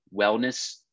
wellness